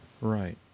Right